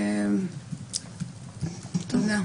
תודה.